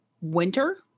winter